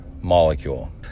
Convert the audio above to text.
molecule